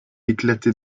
éclatait